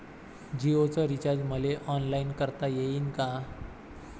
जीओच रिचार्ज मले ऑनलाईन करता येईन का?